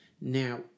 Now